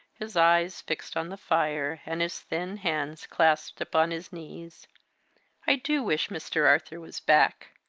his eyes fixed on the fire, and his thin hands clasped upon his knees i do wish mr. arthur was back.